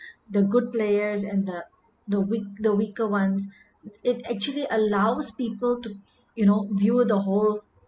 the good players and the the weak the weaker ones it actually allows people to you know view the whole